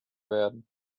werden